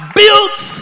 built